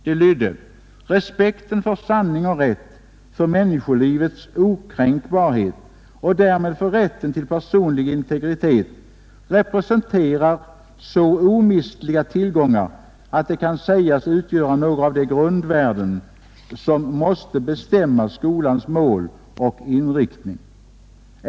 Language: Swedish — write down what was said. Det lydde: ”Respekten för sanning och rätt, för människolivets okränkbarhet och därmed för rätten till personlig integritet representerar så omistliga tillgångar, att de kan sägas utgöra några av de grundvärden, som måste bestämma skolans mål och inriktning.